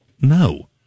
No